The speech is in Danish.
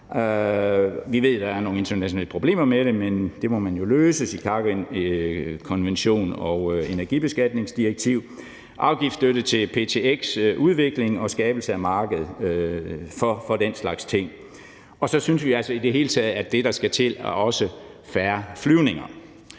Vi ved, der er nogle internationale problemer med det, men det må man jo løse. Der er Chicagokonvention og energibeskatningsdirektiv, afgiftsstøtte til ptx-udvikling og skabelse af marked for den slags ting. Og så synes vi altså i det hele taget, at det, der skal til, også er færre flyvninger.